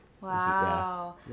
Wow